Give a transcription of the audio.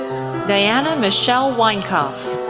diana michelle winecoff.